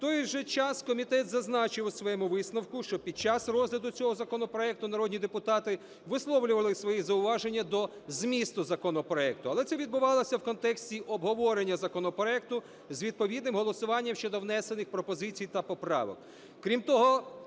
В той же час, комітет зазначив у своєму висновку, що під час розгляду цього законопроекту народні депутати висловлювали свої зауваження до змісту законопроекту. Але це відбувалося в контексті обговорення законопроекту з відповідним голосуванням щодо внесених пропозицій та поправок.